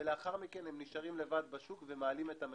ולאחר מכן הם נשארים לבד בשוק ומעלים את המחיר.